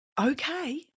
okay